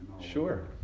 Sure